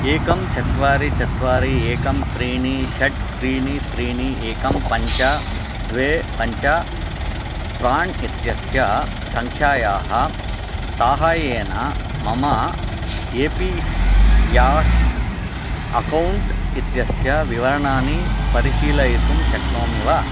एकम् चत्वारि चत्वारि एकम् त्रीणि षट् त्रीणि त्रीणि एकम् पञ्च द्वे पञ्च प्राण् इत्यस्य सङ्ख्यायाः साहाय्येन मम ए पी व्या अकौण्ट् इत्यस्य विवरणानि परिशीलयितुं शक्नोमि वा